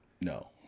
no